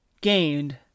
gained